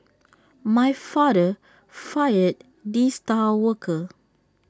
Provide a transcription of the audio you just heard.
my father fired the star worker